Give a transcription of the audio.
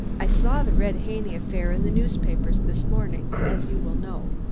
i saw the red haney affair in the newspapers this morning, as you will know,